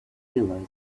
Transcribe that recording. realize